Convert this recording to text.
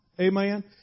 amen